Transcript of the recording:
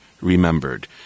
remembered